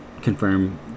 confirm